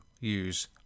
use